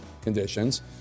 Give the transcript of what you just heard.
conditions